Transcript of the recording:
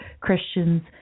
christians